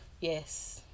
Yes